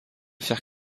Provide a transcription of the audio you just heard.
faire